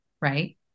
Right